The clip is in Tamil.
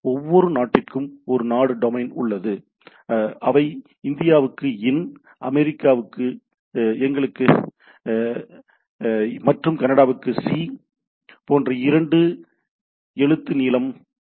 ஒவ்வொரு நாட்டிற்கும் ஒரு நாடு டொமைன் உள்ளது அவை இந்தியாவுக்கு 'இன்' அமெரிக்காவின் அமெரிக்காவிற்கு 'எங்களுக்கு' மற்றும் கனடாவுக்கு 'சி' போன்ற இரண்டு எழுத்து நீளம் உள்ளன